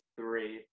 three